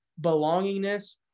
belongingness